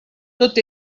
tot